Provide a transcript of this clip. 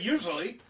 Usually